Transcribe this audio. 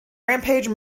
rampage